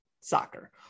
soccer